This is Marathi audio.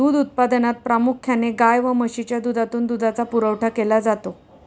दूध उत्पादनात प्रामुख्याने गाय व म्हशीच्या दुधातून दुधाचा पुरवठा केला जातो